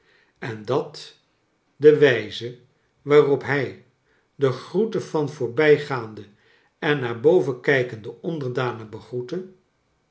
en dat de wijze waarop hij de groeten van voorbijgaande en naar boven kijkende ondcrdanen begroette